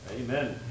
Amen